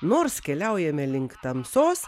nors keliaujame link tamsos